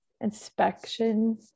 inspection